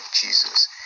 Jesus